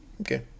okay